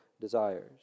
desires